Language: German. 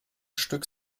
stück